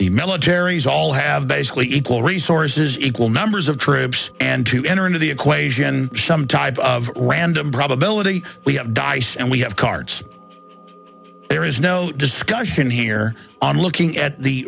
the militaries all have basically equal resources equal numbers of troops and to enter into the equation some type of random probability we have dice and we have cards there is no discussion here on looking at the